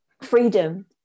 freedom